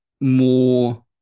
more